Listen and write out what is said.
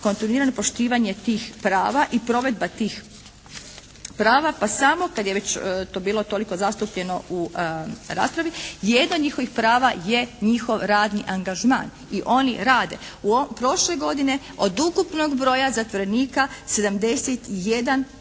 kontinuirano poštivanje tih prava i provedba tih prava pa samo kad je već to bilo toliko zastupljeno u raspravi, jedno od njihovih prava je njihov radni angažman i oni rade. Prošle godine od ukupnog broja zatvorenika 71%